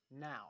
Now